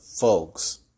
folks